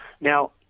Now